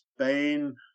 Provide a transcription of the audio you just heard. spain